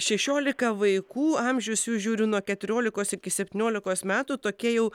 šešiolika vaikų amžius jų žiūriu nuo keturiolikos iki septyniolikos metų tokie jau